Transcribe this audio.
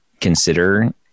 consider